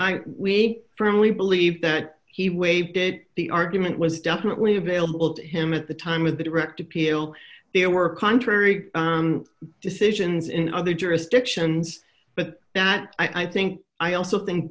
i we firmly believe that he waived it the argument was definitely available to him at the time with the direct appeal there were contrary decisions in other jurisdictions but not i think i also think